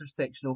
intersectional